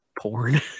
porn